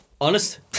Honest